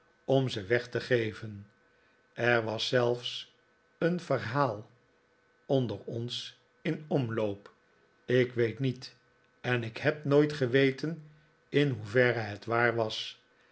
om ze weg te geven er was zelfs een verhaal onder ons in omloop ik weet niet en heb nooit geweten in hoeverre het waar was